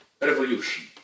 revolution